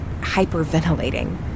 hyperventilating